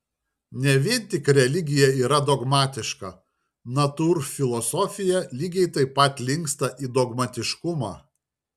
ne vien tik religija yra dogmatiška natūrfilosofija lygiai taip pat linksta į dogmatiškumą